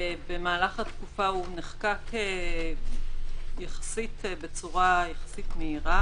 במהלך התקופה הוא נחקק בצורה יחסית מהירה,